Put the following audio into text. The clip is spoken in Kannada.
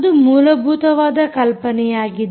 ಅದು ಮೂಲಭೂತವಾದ ಕಲ್ಪನೆಯಾಗಿದೆ